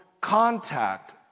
contact